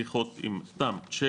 שיחות עם צ'כיה,